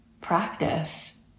practice